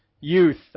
youth